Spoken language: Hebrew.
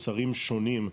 מוצרים שונים.